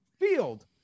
field